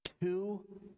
two